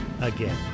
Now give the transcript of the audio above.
again